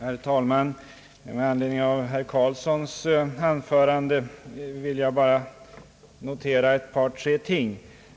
Herr talman! Med anledning av herr Helge Karlssons anförande vill jag bara notera ett par tre ting.